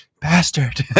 bastard